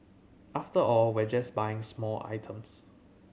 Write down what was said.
after all we're just buying small items